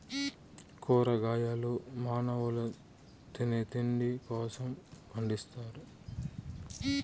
కూరగాయలు మానవుల తినే తిండి కోసం పండిత్తారు